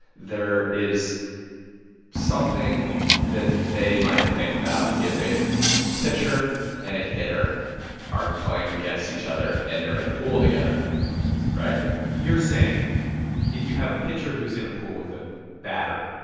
there is something that they might think about if a pitcher and a hitter are playing against each other and they're in a pool together, right? you're saying if you have a pitcher who's in a pool with a batter,